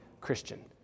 Christian